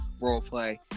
roleplay